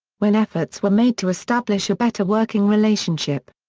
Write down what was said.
when efforts were made to establish a better working relationship.